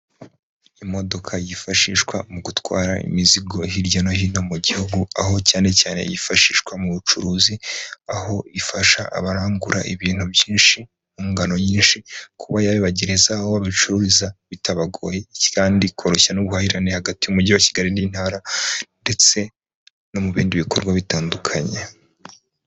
Imodoka yifashishwa mu gutwara imizigo hirya no hino mu gihugu aho cyane cyane yifashishwa mu bucuruzi aho ifasha abarangura ibintu byinshi mu ngano nyinshi kuba yabibagereza aho babicururiza bitabagoye kandi ikoroshya n'ubuhahirane hagati y'umujyi wa Kigali n'intara ndetse no mu bindi bikorwa bitandukanye.